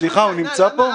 סליחה, הוא נמצא פה?